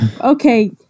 Okay